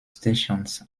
stations